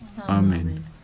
Amen